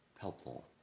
helpful